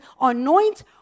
anoint